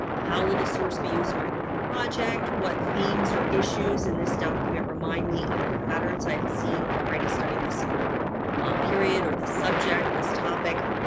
how will the source be used my project? what themes or issues in this document, remind me of the patterns i've seen already, studying this um period, or the subject this topic?